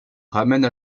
ramène